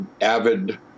avid